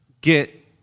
get